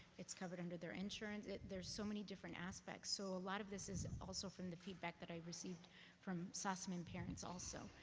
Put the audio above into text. it's covered under their insurance. there's so many different aspects. so, a lot of this is also from the feed back that i received from sossaman parents also.